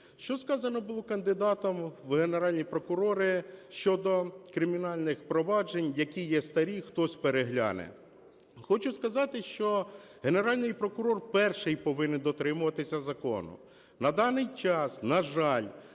Що сказано було кандидатом в Генеральні прокурори щодо кримінальних проваджень, які є старі, хтось перегляне? Хочу сказати, що Генеральний прокурор перший повинен дотримуватись закону. На даний час, на жаль,